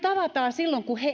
silloin kun